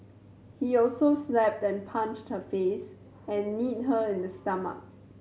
he also slapped and punched her face and kneed her in the stomach